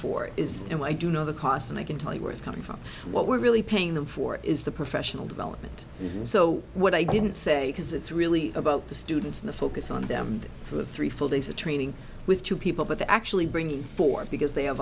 for is and i do know the cost and i can tell you where it's coming from what we're really paying them for is the professional development and so what i didn't say is it's really about the students in the focus on them for three full days of training with two people but actually bringing forth because they have